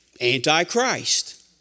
anti-Christ